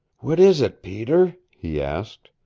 what is it, peter? he asked.